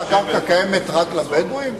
את הקרקע קיימת רק לבדואים,